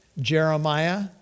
Jeremiah